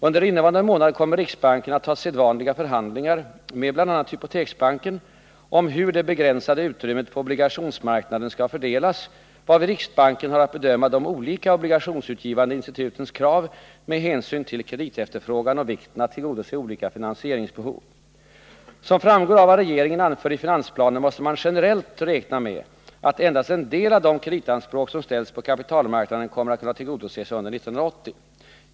Under innevarande månad kommer riksbanken att ha sedvanliga förhandlingar med bl.a. hypoteksbanken om hur det begränsade utrymmet på obligationsmarknaden skall fördelas, varvid riksbanken har att bedöma de olika obligationsutgivande institutens krav med hänsyn till kreditefterfrågan och vikten av att tillgodose olika finansieringsbehov. Som framgår av vad regeringen anför i finansplanen måste man generellt räkna med att endast en del av de kreditanspråk som ställs på kapitalmarknaden kommer att kunna tillgodoses under år 1980.